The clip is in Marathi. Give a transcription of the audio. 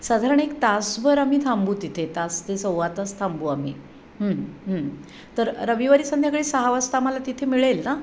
साधारण एक तासभर आम्ही थांबू तिथे तास ते सव्वा तास थांबू आम्ही तर रविवारी संध्याकाळी सहा वाजता आम्हाला तिथे मिळेल ना